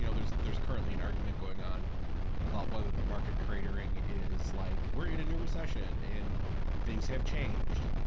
you know there's there's currently an argument going on about whether the market cratering is like, we're in a new recession, and things have changed,